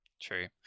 True